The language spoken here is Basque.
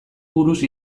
buruz